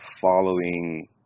following